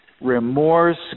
remorse